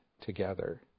together